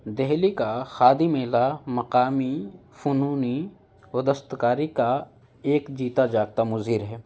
دہلی کا کھادی میلہ مقامی فنونی و دستکاری کا ایک جیتا جاگتا منظر ہے